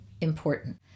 important